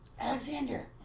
Alexander